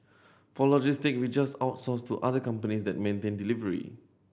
for logistic we just outsource to other companies that maintain delivery